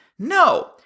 No